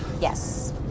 Yes